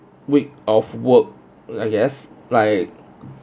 week of work I guess like